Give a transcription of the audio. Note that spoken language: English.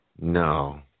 no